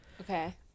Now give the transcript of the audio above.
Okay